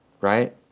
right